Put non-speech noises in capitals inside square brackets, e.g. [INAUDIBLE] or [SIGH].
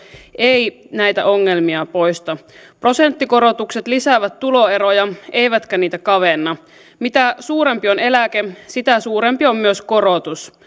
ei näitä ongelmia poista prosenttikorotukset lisäävät tuloeroja eivätkä niitä kavenna mitä suurempi on eläke sitä suurempi on myös korotus [UNINTELLIGIBLE]